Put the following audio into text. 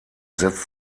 setzt